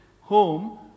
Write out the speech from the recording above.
home